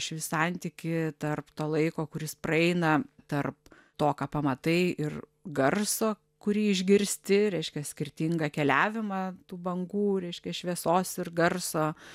šį santykį tarp to laiko kuris praeina tarp to ką pamatai ir garso kurį išgirsti reiškia skirtingą keliavimą tų bangų reiškia šviesos ir garso